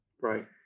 Right